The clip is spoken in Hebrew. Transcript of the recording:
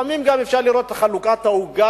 לפעמים אפשר גם לראות את חלוקת העוגה.